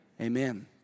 Amen